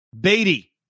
Beatty